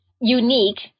unique